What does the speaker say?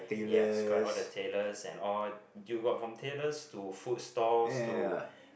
yes correct all the tailors and all do what from tailors to food stores to